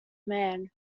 man